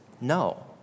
No